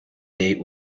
date